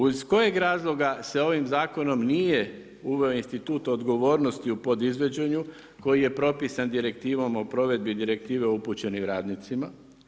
Iz kojeg razloga se ovim zakonom nije uveo institut odgovornosti u podizvođenju koji je propisan Direktivom o provedbi Direktive upućenim radnicima?